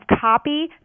copy